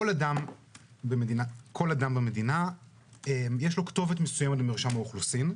לכל אדם במדינה יש כתובת מסוימת במרשם האוכלוסין.